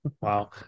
Wow